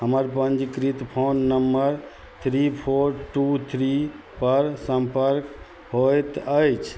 हमर पञ्जीकृत phone number three four two थ्रीपर सम्पर्क होइत अछि